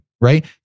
right